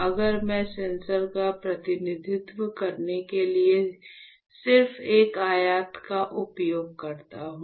अगर मैं सेंसर का प्रतिनिधित्व करने के लिए सिर्फ एक आयत का उपयोग करता हूं